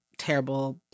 terrible